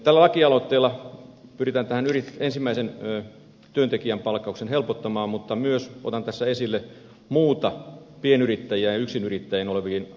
tällä lakialoitteella pyritään tähän ensimmäisen työntekijän palkkauksen helpottamiseen mutta myös otan tässä esille muita pienyrittäjiin ja yksinyrittäjiin liittyviä asioita